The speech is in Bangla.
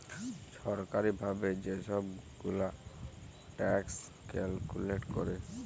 ছরকারি ভাবে যে ছব গুলা ট্যাক্স ক্যালকুলেট ক্যরে